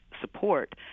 support